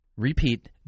repeat